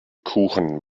kuchen